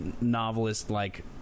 novelist-like